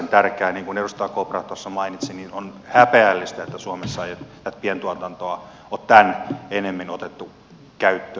niin kuin edustaja kopra tuossa mainitsi niin on häpeällistä että suomessa ei tätä pientuotantoa ole tämän enemmän otettu käyttöön